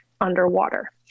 underwater